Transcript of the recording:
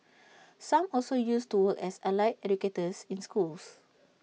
some also used to work as allied educators in schools